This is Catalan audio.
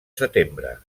setembre